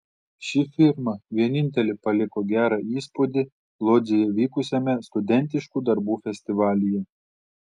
ši firma vienintelė paliko gerą įspūdį lodzėje vykusiame studentiškų darbų festivalyje